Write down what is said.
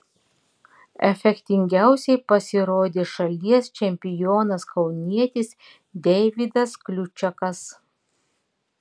efektingiausiai pasirodė šalies čempionas kaunietis deividas kliučakas